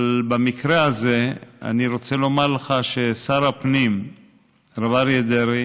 אבל במקרה הזה אני רוצה לומר לך ששר הפנים הרב אריה דרעי